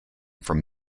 from